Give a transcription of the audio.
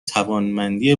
توانمندی